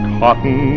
cotton